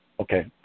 Okay